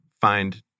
find